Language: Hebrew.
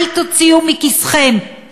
אל תוציאו מכיסכם.